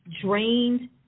drained